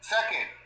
Second